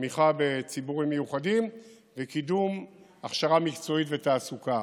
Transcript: תמיכה בציבורים מיוחדים וקידום הכשרה מקצועית ותעסוקה.